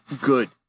good